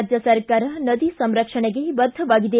ರಾಜ್ಯ ಸರ್ಕಾರ ನದಿ ಸಂರಕ್ಷಣೆಗೆ ಬದ್ಧವಾಗಿದೆ